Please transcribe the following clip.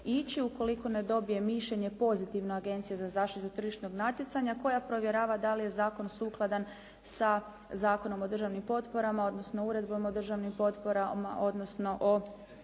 ići ukoliko ne dobije mišljenje pozitivno Agencije za zaštitu tržišnog natjecanja koja provjerava dali je zakon sukladan sa Zakonom o državnim potporama, odnosno uredbom o državnim potporama, odnosno vodi